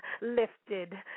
Lifted